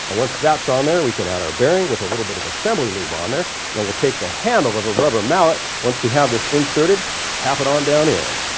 and once that's on there we can add our bearing with a little but of assembly lube on there then we'll take the handle of a rubber mallet once we have this inserted, and tap it on down in.